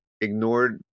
ignored